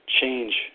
Change